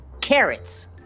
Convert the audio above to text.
carrots